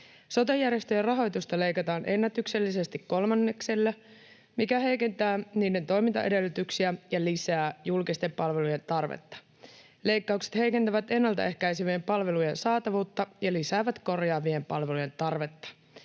Sote-järjestöjen rahoitusta leikataan ennätyksellisesti kolmanneksella, mikä heikentää niiden toimintaedellytyksiä ja lisää julkisten palveluiden tarvetta. Leikkaukset heikentävät ennalta ehkäisevien palvelujen saatavuutta ja lisäävät korjaavien palvelujen tarvetta.